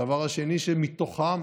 הדבר השני, שמתוכם